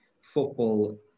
Football